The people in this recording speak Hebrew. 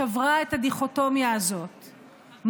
שברה את הדיכוטומיה הזאת,